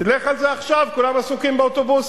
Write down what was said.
תלך על זה עכשיו, כולם עסוקים באוטובוסים.